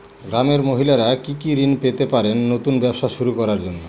গ্রামের মহিলারা কি কি ঋণ পেতে পারেন নতুন ব্যবসা শুরু করার জন্য?